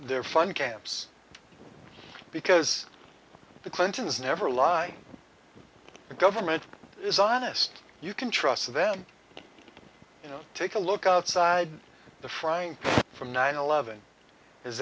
their fun camps because the clintons never lie the government is honest you can trust them to take a look outside the frying from nine eleven is